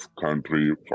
country